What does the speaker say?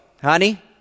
Honey